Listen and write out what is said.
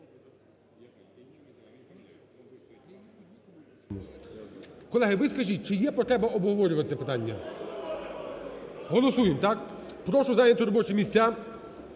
Колеги, ви скажіть, чи є потреба обговорювати це питання? Голосуємо, так? Прошу зайняти робочі місця,